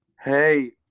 Hey